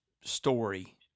story